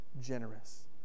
generous